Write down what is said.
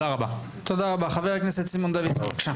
חבר הכנסת סימון דוידסון, בבקשה.